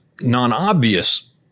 non-obvious